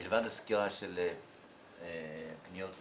מלבד הסקירה של פניות הציבור,